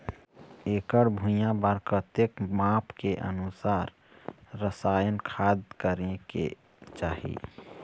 एकड़ भुइयां बार कतेक माप के अनुसार रसायन खाद करें के चाही?